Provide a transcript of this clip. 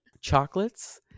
chocolates